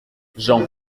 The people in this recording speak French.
jean